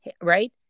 right